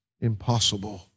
impossible